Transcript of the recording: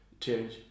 change